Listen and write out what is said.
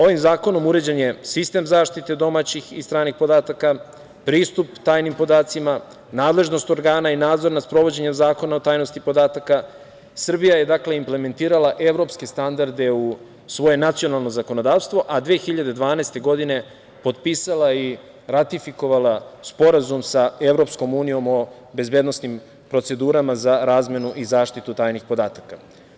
Ovim zakonom je uređen sistem zaštite domaćih i stranih podataka, pristup tajnim podacima, nadležnost organa i nadzor nad sprovođenjem Zakona o tajnosti podataka, Srbija je implementirala evropske standarde u svoje nacionalno zakonodavstvo, a 2012. godine potpisala i ratifikovala Sporazum sa EU o bezbednosnim procedurama za razmenu i zaštitu tajnih podataka.